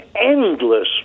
endless